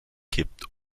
kippt